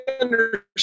understand